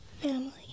family